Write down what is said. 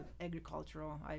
agricultural